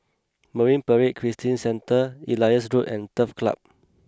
Marine Parade Christian Centre Elias Road and Turf Club